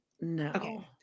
No